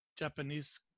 Japanese